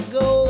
go